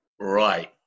Right